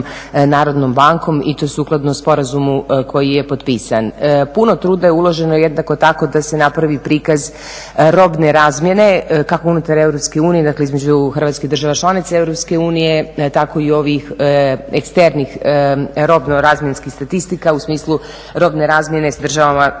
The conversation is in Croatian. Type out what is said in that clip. s HNB-om i to sukladno sporazumu koji je potpisan. Puno truda je uloženo jednako tako da se napravi prikaz robne razmjene, kako unutar Europske unije, dakle između Hrvatske i država članice Europske unije tako i ovih eksternih robno-razmjenskih statistika u smislu robne razmjene s državama koje